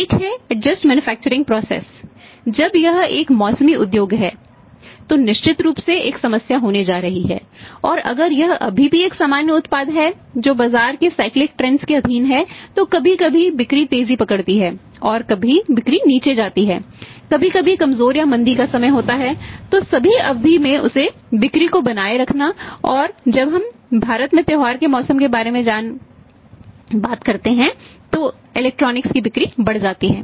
एक है adjust manufacturing process की बिक्री बढ़ जाती है